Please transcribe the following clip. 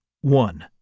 One